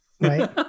Right